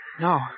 No